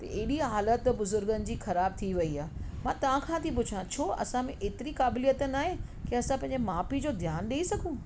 त हेॾी हालति बुज़ुर्गनि जी ख़राबु थी वेई आहे मां तव्हां खां थी पुछा छो असां में एतिरी क़ाबिलियत न आहे के असां पंहिंजे माउ पीउ जो ध्यानु ॾेई सघूं